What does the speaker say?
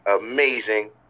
amazing